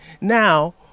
Now